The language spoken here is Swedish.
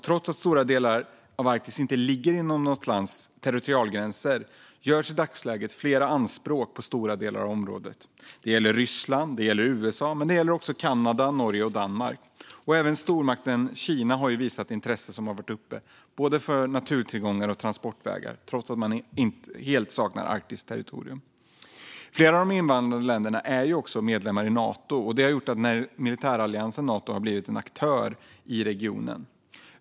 Trots att stora delar av Arktis inte ligger inom något lands territorialgränser görs i dagsläget flera anspråk på stora delar av området. Det gäller Ryssland, och det gäller USA - men det gäller också Kanada, Norge och Danmark. Även stormakten Kina har visat intresse, vilket har varit uppe i debatten, för både naturtillgångar och transportvägar, trots att landet helt saknar arktiskt territorium. Flera av de inblandade länderna är medlemmar i Nato, och det har gjort att militäralliansen Nato har blivit en aktör i regionen.